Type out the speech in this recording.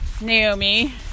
naomi